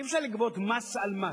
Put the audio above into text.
אי-אפשר לגבות מס על מס.